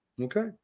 Okay